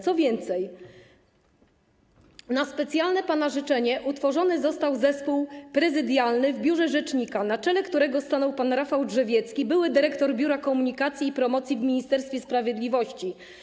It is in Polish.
Co więcej, na pana specjalne życzenie utworzony został zespół prezydialny w biurze rzecznika, na czele którego stanął pan Rafał Drzewiecki, były dyrektor Biura Komunikacji i Promocji w Ministerstwie Sprawiedliwości.